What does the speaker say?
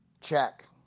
check